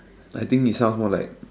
I think it sounds more like